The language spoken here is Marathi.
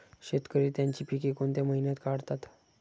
शेतकरी त्यांची पीके कोणत्या महिन्यात काढतात?